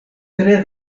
tre